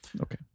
Okay